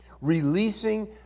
Releasing